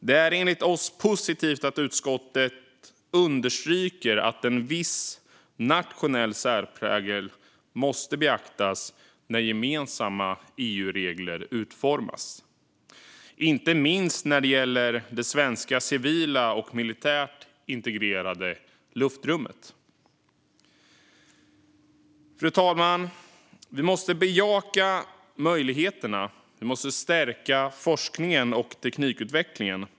Det är enligt oss positivt att utskottet understryker att en viss nationell särprägel måste beaktas när gemensamma EU-regler utformas, inte minst när det gäller det svenska civilt och militärt integrerade luftrummet. Fru talman! Vi måste bejaka möjligheterna. Vi måste stärka forskningen och teknikutvecklingen.